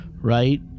right